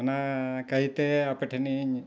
ᱚᱱᱟ ᱠᱷᱟᱹᱛᱤᱨ ᱛᱮ ᱟᱯᱮ ᱴᱷᱮᱱ ᱤᱧ